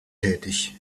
tätig